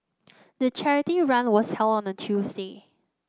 the charity run was held on a Tuesday